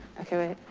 okay, wait.